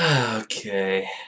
okay